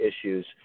issues